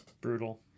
brutal